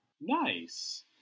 nice